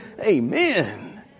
Amen